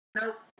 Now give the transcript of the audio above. nope